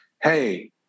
hey